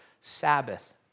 Sabbath